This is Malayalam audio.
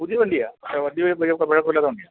പുതിയ വണ്ടിയാ വലിയ പഴക്കം ഇല്ലാത്ത വണ്ടിയാ